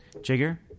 Jigger